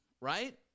right